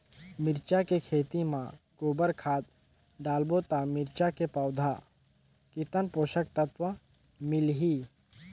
मिरचा के खेती मां गोबर खाद डालबो ता मिरचा के पौधा कितन पोषक तत्व मिलही?